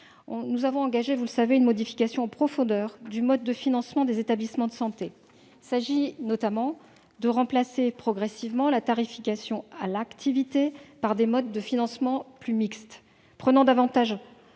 Nous avons, comme vous le savez, engagé une réforme en profondeur du mode de financement des établissements de santé. Il s'agit, notamment, de remplacer progressivement la tarification à l'activité par des modes de financement plus mixtes, qui tiennent davantage